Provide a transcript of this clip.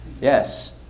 yes